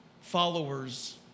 followers